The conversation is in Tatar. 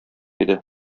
иде